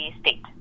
state